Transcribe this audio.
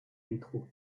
métro